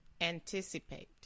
Anticipate